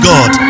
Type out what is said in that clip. God